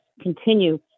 continue